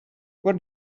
where